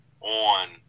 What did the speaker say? on